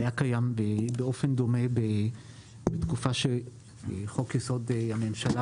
היה קיים באופן דומה בתקופה שחוק-יסוד: הממשלה,